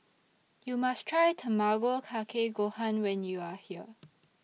YOU must Try Tamago Kake Gohan when YOU Are here